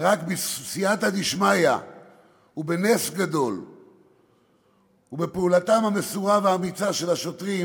ורק בסייעתא דשמיא ובנס גדול ובפעולתם המסורה והאמיצה של השוטרים